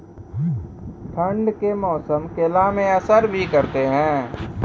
ठंड के मौसम केला मैं असर भी करते हैं?